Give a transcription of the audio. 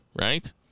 right